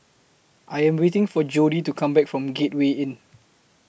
I Am waiting For Jody to Come Back from Gateway Inn